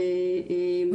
כן.